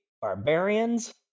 barbarians